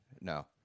No